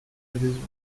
adhésion